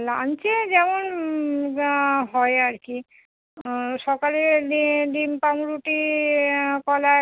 লাঞ্চে যেমন যা হয় আরকি সকালে ডি ডিম পাউরুটি কলা এক